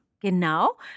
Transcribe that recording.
Genau